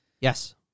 Yes